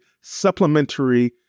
supplementary